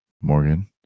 Morgan